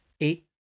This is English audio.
Eight